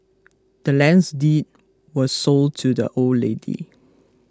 the land's deed was sold to the old lady